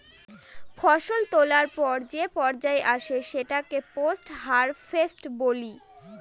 ফসল তোলার পর যে পর্যায় আসে সেটাকে পোস্ট হারভেস্ট বলি